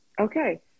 okay